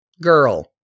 Girl